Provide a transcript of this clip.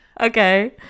Okay